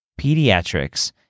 Pediatrics